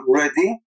ready